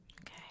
okay